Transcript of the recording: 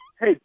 hey